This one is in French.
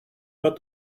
pas